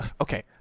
Okay